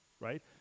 right